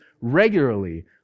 regularly